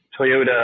Toyota